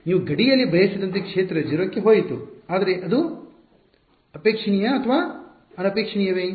ನೀವು ಗಡಿಯಲ್ಲಿ ಬಯಸಿದಂತೆ ಕ್ಷೇತ್ರ 0 ಕ್ಕೆ ಹೋಯಿತು ಆದರೆ ಇದು ಅಪೇಕ್ಷಣೀಯ ಅಥವಾ ಅನಪೇಕ್ಷಣೀಯವೇ